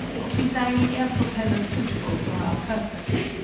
of designing air-propellers suitable for our purpose.